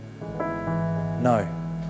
No